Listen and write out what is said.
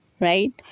right